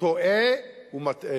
טועה ומטעה.